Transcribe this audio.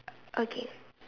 okay